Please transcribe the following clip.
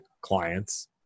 clients